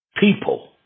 people